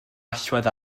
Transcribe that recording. allwedd